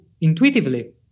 intuitively